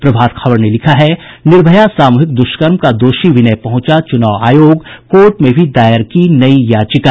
प्रभात खबर ने लिखा है निर्भया सामूहिक दुष्कर्म का दोषी विनय पहुंचा चुनाव आयोग कोर्ट में भी दायर की नयी याचिका